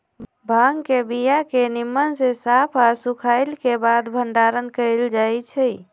भांग के बीया के निम्मन से साफ आऽ सुखएला के बाद भंडारण कएल जाइ छइ